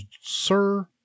sir